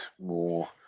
more